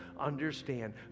understand